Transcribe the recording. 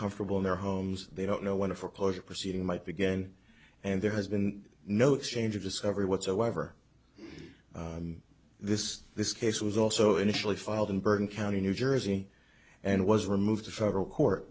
comfortable in their homes they don't know when a foreclosure proceeding might begin and there has been no exchange of discovery whatsoever this this case was also initially filed in bergen county new jersey and was removed to federal court